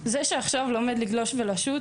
זה שעכשיו לומד לגלוש ולשוט,